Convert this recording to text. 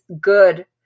good